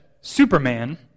Superman